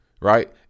right